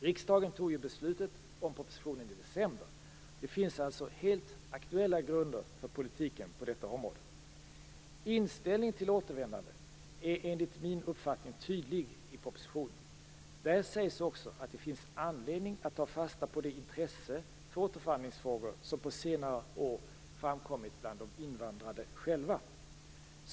Riksdagen fattade beslut om propositionen i december. Det finns alltså helt aktuella grunder för politiken på detta område. Inställningen till återvändande är enligt min uppfattning tydlig i propositionen. Där sägs också att det finns anledning att ta fasta på det intresse för återvandringsfrågor som på senare år framkommit bland de invandrade själva.